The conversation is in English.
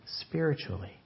spiritually